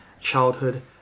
childhood